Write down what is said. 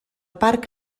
parc